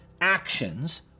actions